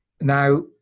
now